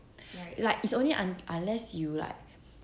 like it's only unless you like